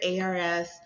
ars